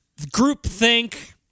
groupthink